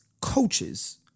coaches